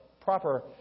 proper